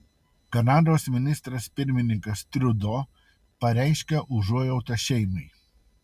kanados ministras pirmininkas trudo pareiškė užuojautą šeimai